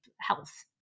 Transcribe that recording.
health